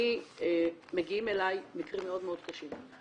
מגיעים אלי מקרים מאוד קשים,